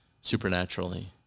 supernaturally